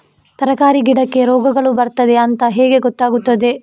ತರಕಾರಿ ಗಿಡಕ್ಕೆ ರೋಗಗಳು ಬರ್ತದೆ ಅಂತ ಹೇಗೆ ಗೊತ್ತಾಗುತ್ತದೆ?